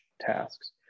tasks